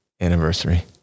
anniversary